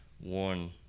one